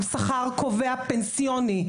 הוא שכר קובע פנסיוני.